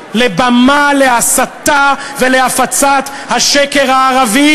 לבמה להסתה ולהפצת השקר הערבי,